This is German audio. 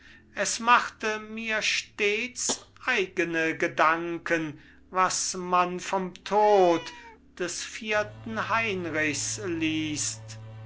es machte mir stets eigene gedanken was man vom tod des vierten heinrichs liest